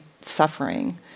suffering